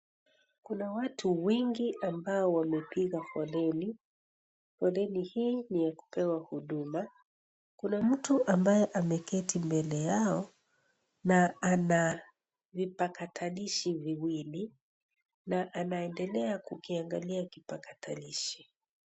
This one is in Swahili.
Kuna watu wengi ambao wamepiga foleni. Foleni hii ni ya kupewa huduma, kuna mtu ambaye ameketi mbele yao na ana vipakatalishi viwili na anaendelea kukiangalia kipakatalishi.